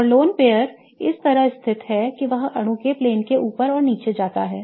और lone pair इस तरह स्थित है कि वह अणु के प्लेन के ऊपर और नीचे जाता है